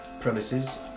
premises